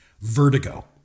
Vertigo